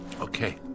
Okay